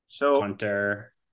Hunter